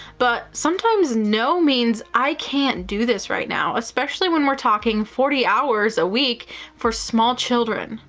but sometimes, no means i can't do this right now, especially when we're talking forty hours a week for small children.